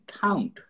count